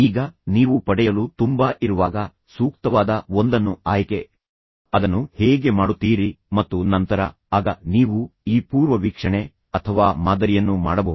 ಈಗ ನೀವು ಪಡೆಯಲು ತುಂಬಾ ಇರುವಾಗ ಸೂಕ್ತವಾದ ಒಂದನ್ನು ಆಯ್ಕೆ ಅದನ್ನು ಹೇಗೆ ಮಾಡುತ್ತೀರಿ ಮತ್ತು ನಂತರ ಆಗ ನೀವು ಈ ಪೂರ್ವವೀಕ್ಷಣೆ ಅಥವಾ ಮಾದರಿಯನ್ನು ಮಾಡಬಹುದು